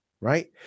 right